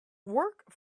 work